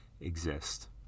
exist